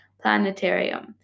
planetarium